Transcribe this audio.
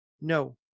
No